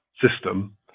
System